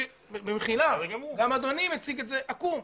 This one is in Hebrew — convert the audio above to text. במחילה, גם אדוני מציג את זה עקום.